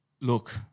look